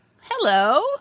Hello